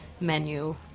menu